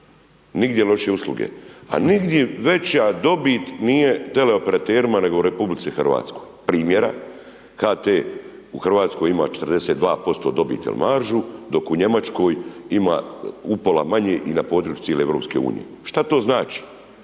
Nigdje lošije usluge, a nigdje veća dobit nije teleoperaterima nego u RH. Primjera, HT u Hrvatskoj ima 42% dobit i maržu, dok u Njemačkoj ima upola manje i na području cijele EU. Što to znači?